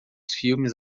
filmes